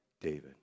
David